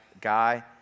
guy